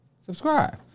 subscribe